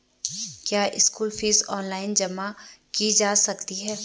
क्या school fees online जमा की जा सकती है?